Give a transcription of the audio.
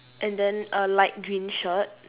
and then a light green shirt